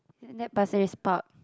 isn't that Pasir Ris Park